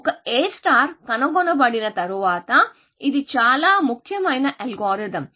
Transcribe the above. ఒక A కనుగొనబడిన తరువాత ఇది చాలా ముఖ్యమైన అల్గోరిథం